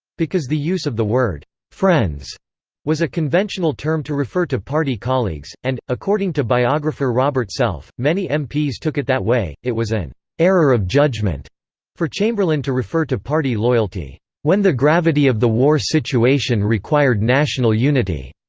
because the use of the word friends was a conventional term to refer to party colleagues, and, according to biographer robert self, many mps took it that way, it was an error of judgment for chamberlain to refer to party loyalty when the gravity of the war situation required national unity.